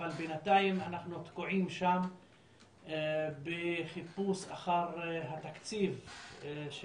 אבל בינתיים אנחנו תקועים בחיפוש אחר התקציב של